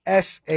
SA